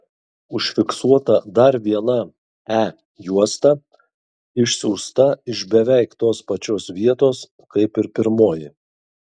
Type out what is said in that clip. užfiksuota dar viena e juosta išsiųsta iš beveik tos pačios vietos kaip ir pirmoji